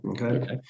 okay